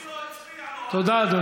היישוב שלו הצביע לו, אל תדאג.